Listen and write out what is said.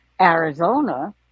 Arizona